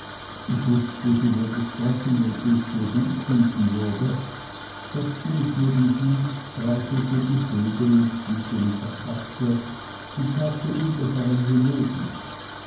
ich wußte sie würde sprechen wenn sie es für gut finden würde setzte mich neben sie streichelte die vögel und spielte mit der katze und tat so unbefangen wie möglich